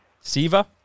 Siva